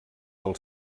del